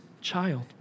child